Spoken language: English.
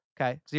Okay